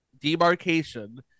demarcation